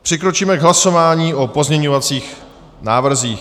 Přikročíme k hlasování o pozměňovacích návrzích.